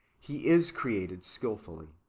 he is created skilfully.